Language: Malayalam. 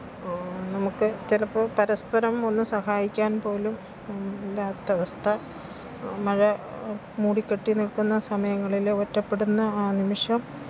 നമുക്ക് ചിലപ്പോൾ പരസ്പരം ഒന്നും സഹായിക്കാന് പോലും ഇല്ലാത്തവസ്ഥ മഴ മൂടിക്കെട്ടി നില്ക്കുന്ന സമയങ്ങളിൽ ഒറ്റപ്പെടുന്ന ആ നിമിഷം